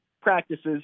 practices